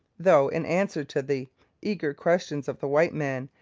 though, in answer to the eager questions of the white men,